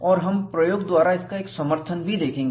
और हम प्रयोग द्वारा इसका एक समर्थन भी देखेंगे